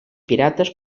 pirates